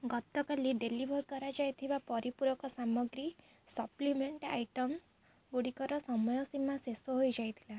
ଗତକାଲି ଡେଲିଭର୍ କରାଯାଇଥିବା ପରିପୂରକ ସାମଗ୍ରୀ ସପ୍ଲିମେଣ୍ଟ ଆଇଟମ୍ ଗୁଡ଼ିକର ସମୟ ସୀମା ଶେଷ ହୋଇଯାଇ ଥିଲା